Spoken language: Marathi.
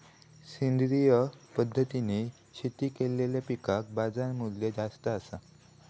सेंद्रिय पद्धतीने शेती केलेलो पिकांका बाजारमूल्य जास्त आसा